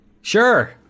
sure